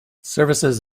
services